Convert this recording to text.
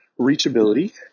Reachability